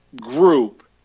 group